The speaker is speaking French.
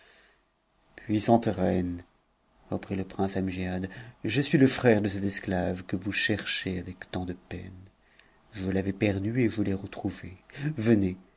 puissante reine reprit le prince amgiad je suis le frère de cet esclave que vous cherchez avec tant de peine je l'avais perdu et je l'ai retrouvé